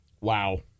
Wow